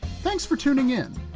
thanks for tuning in.